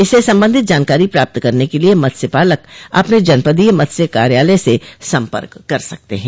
इससे सम्बन्धित जानकारी प्राप्त करने के लिए मत्स्य पालक अपने जनपदीय मत्स्य कार्यालय से सम्पर्क कर सकते हैं